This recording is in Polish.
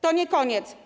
To nie koniec.